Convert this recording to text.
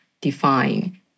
define